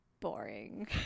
boring